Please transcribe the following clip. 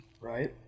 Right